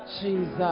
Jesus